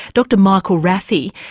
dr michael rafii,